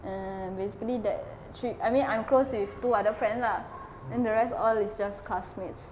um basically that three I mean I'm close with two other friend lah then the rest all is just classmates